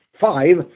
Five